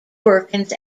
workings